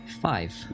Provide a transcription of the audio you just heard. Five